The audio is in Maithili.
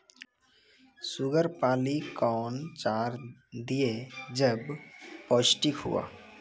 शुगर पाली कौन चार दिय जब पोस्टिक हुआ?